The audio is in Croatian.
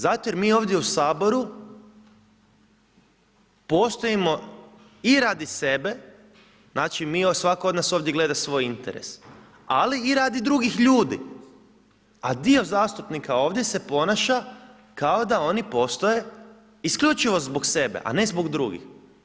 Zato jer mi ovdje u Saboru postojimo i radi sebe, znači svako ovdje od nas gleda svoj interes ali i radi drugih ljudi, a dio zastupnika ovdje se ponaša kao da oni postoje isključivo zbog sebe a ne zbog drugih.